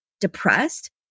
depressed